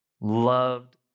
loved